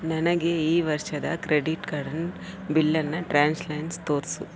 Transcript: ನನಗೆ ಈ ವರ್ಷದ ಕ್ರೆಡಿಟ್ ಕಾರ್ಡಿನ ಬಿಲ್ಲನ್ನು ಟ್ರಾನ್ಸ್ಲ್ಯಾನ್ಸ್ ತೋರಿಸು